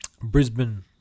Brisbane